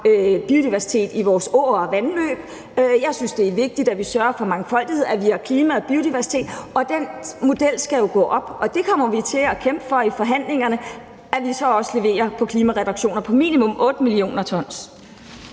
biodiversitet i vores åer og vandløb. Jeg synes, det er vigtigt, at vi sørger for mangfoldighed, og at vi har klima og biodiversitet. Den model skal jo gå op, og det kommer vi til at kæmpe for i forhandlingerne, altså at vi så også leverer på klimareduktioner på minimum 8 mio. t.